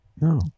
No